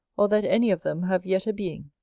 or that any of them have yet a being.